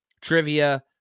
trivia